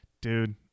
dude